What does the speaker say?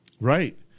Right